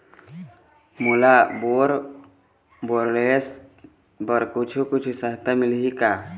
मोला bore borewells बर कुछू कछु सहायता मिलही का?